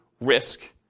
risk